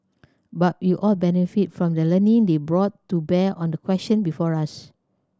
but we all benefited from the learning they brought to bear on the question before us